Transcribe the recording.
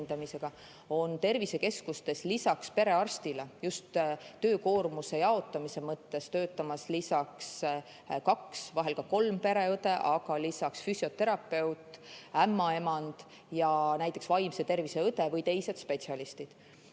Tervisekeskustes on lisaks perearstile just töökoormuse jaotamise mõttes töötamas lisaks kaks, vahel ka kolm pereõde, aga ka füsioterapeut, ämmaemand ja näiteks vaimse tervise õde või teised spetsialistid. Nii